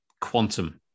quantum